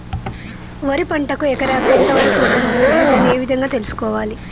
వరి పంటకు ఎకరాకు ఎంత వరకు ఋణం వస్తుంది దాన్ని ఏ విధంగా తెలుసుకోవాలి?